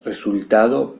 resultado